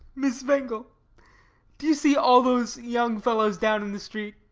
miss wangel do you see all those young fellows down in the street?